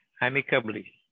amicably